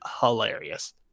hilarious